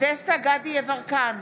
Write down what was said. דסטה גדי יברקן,